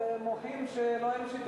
אנחנו מוחים שאין מי שייתן לנו תשובה.